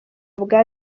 bwa